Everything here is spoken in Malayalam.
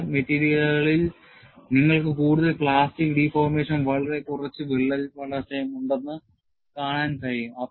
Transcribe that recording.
ചില മെറ്റീരിയലുകളിൽ നിങ്ങൾക്ക് കൂടുതൽ പ്ലാസ്റ്റിക് deformation വളരെ കുറച്ച് വിള്ളൽ വളർച്ചയും ഉണ്ടെന്ന് കാണാൻ കഴിയും